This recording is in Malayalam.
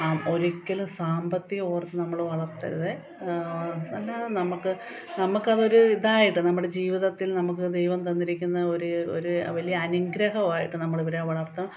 ഒരിക്കലും സാമ്പത്തികം ഓർത്ത് നമ്മള് വളർത്തരുതെ അല്ലാതെ നമ്മുക്ക് നമ്മുക്ക് അതൊരു ഇതായിട്ട് നമ്മുടെ ജീവിതത്തിൽ നമുക്ക് ദൈവം തന്നിരിക്കുന്ന ഒരു ഒരു വലിയ അനുഗ്രമായിട്ട് നമ്മളിവരെ വളർത്താം